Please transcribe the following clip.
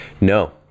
no